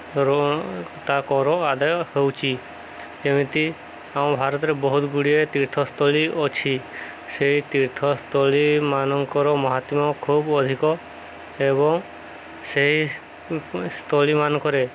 ତା କର ଆଦାୟ ହେଉଛି ଯେମିତି ଆମ ଭାରତରେ ବହୁତ ଗୁଡ଼ିଏ ତୀର୍ଥସ୍ଥଳୀ ଅଛି ସେହି ତୀର୍ଥସ୍ଥଳୀମାନଙ୍କର ମାହାତ୍ମ୍ୟ ଖୁବ୍ ଅଧିକ ଏବଂ ସେହି ସ୍ଥଳୀମାନଙ୍କରେ